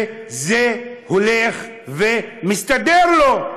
וזה הולך ומסתדר לו.